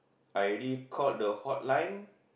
I already called the hotline